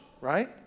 right